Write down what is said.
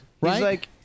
Right